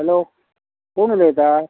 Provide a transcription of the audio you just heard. hello कोण उलयता